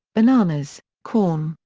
bananas, corn,